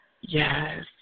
Yes